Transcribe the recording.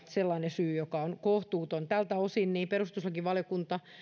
sellainen syy joka on kohtuuton tältä osin perustuslakivaliokunta